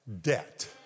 debt